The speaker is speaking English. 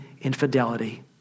infidelity